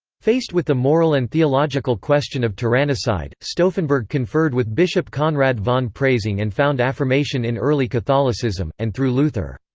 faced with the moral and theological question of tyrannicide, stauffenberg conferred with bishop konrad von preysing and found affirmation in early catholicism, and through luther.